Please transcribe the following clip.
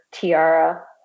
tiara